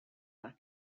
that